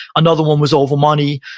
another one was over money.